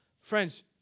Friends